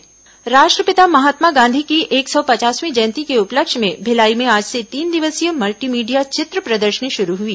photo प्रदर्शनी राष्ट्रपिता महात्मा गांधी की एक सौ पचासवीं जयंती के उपलक्ष्य में भिलाई में आज से तीन दिवसीय मल्टीमीडिया चित्र प्रदर्शनी शुरू हुई